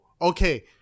okay